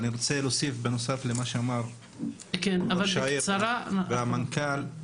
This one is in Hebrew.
אני רוצה להוסיף בנוסף למה שאמרו ראש העיר והמנכ"ל,